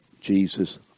Jesus